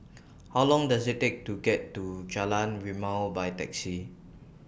How Long Does IT Take to get to Jalan Rimau By Taxi